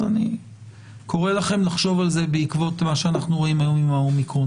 אני קורא לכם לחשוב על זה בעקבות מה שאנחנו רואים היום עם האומיקרון.